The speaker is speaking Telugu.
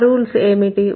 ఈ రూల్స్ ఏమిటి